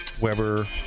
Weber